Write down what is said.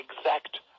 exact